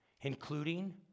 including